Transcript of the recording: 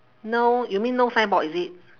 no you mean no signboard is it